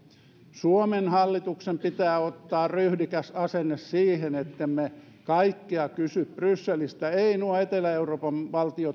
suomen hallituksen pitää ottaa ryhdikäs asenne siihen ettemme kaikkea kysy brysselistä eivät nuo etelä euroopan